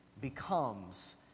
becomes